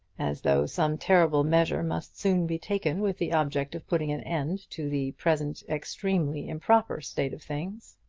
as though some terrible measure must soon be taken with the object of putting an end to the present extremely improper state of things.